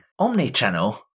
Omnichannel